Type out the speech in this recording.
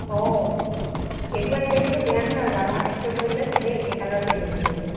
অঁ সেইটো আইদিয়া কিন্তু বেয়া নহয় আকৌ আমাৰ বেচৰটো বোলে চবেই একেই কালাৰ পিন্ধি আহিছে বোলে